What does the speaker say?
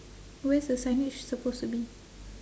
where's the signage supposed to be